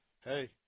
hey